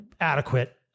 adequate